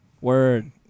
Word